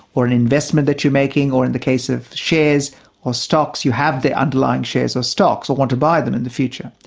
or an investment that you're making, or in the case of shares or stocks, you have the underlying shares or stocks, or want to buy them in the future.